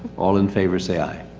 all in favor say aye.